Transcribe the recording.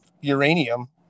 uranium